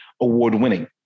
award-winning